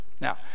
now